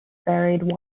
varied